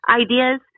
ideas